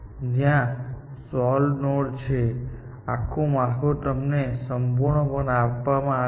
જ્યાં solved node છે તે આખું માળખું તમને સંપૂર્ણપણે આપવામાં આવે છે